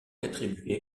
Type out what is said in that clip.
attribué